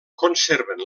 conserven